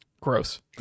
Gross